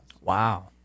Wow